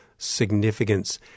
Significance